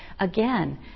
Again